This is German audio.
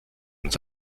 uns